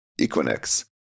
Equinix